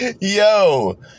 Yo